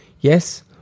Yes